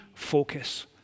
focus